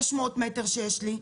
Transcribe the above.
600 מטר שיש לי,